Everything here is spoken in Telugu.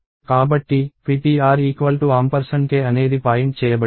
కాబట్టి ptr k అనేది పాయింట్ చేయబడింది